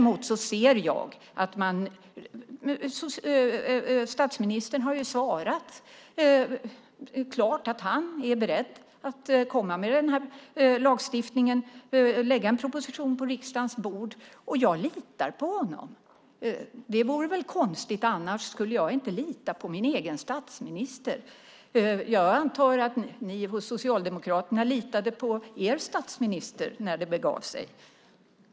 Men statsministern har ju svarat klart att han är beredd att komma med den här lagstiftningen, att lägga en proposition på riksdagens bord. Jag litar på honom. Det vore väl konstigt annars. Skulle jag inte lita på min egen statsminister? Jag antar att ni hos Socialdemokraterna litade på er statsminister när det begav sig.